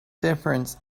difference